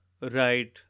right